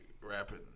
rapping